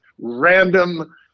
random